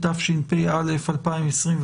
התשפ"א-2021,